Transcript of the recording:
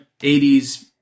80s